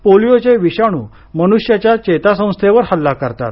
पोलिओचे विषाणू मनुष्याच्या चेता संस्थेवर हल्ला करतात